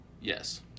Yes